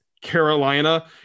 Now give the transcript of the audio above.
Carolina